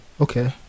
Okay